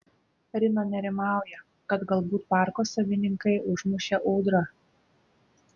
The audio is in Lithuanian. rina nerimauja kad galbūt parko savininkai užmušė ūdrą